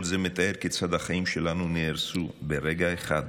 כל זה מתאר כיצד החיים שלנו נהרסו ברגע אחד.